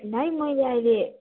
भाइ मैले अहिले